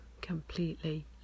completely